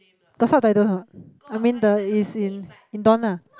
got subtitles or not I mean the is in Indon lah